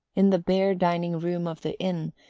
in the bare dining-room of the inn,